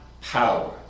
power